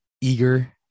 eager